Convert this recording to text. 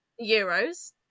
Euros